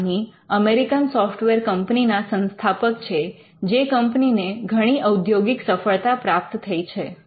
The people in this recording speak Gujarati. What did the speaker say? નામની અમેરિકન સોફ્ટવેર કંપની ના સંસ્થાપક છે જે કંપનીને ઘણી ઔદ્યોગિક સફળતા પ્રાપ્ત થઇ છે